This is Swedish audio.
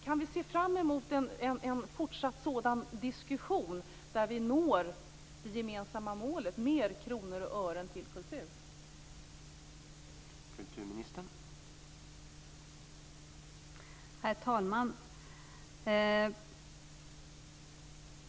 Kan vi se fram emot en fortsatt sådan diskussion där vi når det gemensamma målet, fler kronor och ören till kulturen?